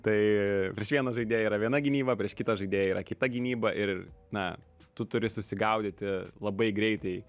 tai prieš vieną žaidėją yra viena gynyba prieš kitą žaidėją yra kita gynyba ir na tu turi susigaudyti labai greitai